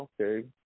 okay